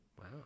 Wow